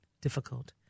difficult